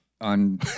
on